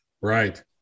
Right